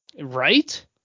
Right